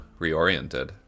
reoriented